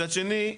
מצד שני,